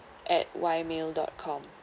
at Y mail dot com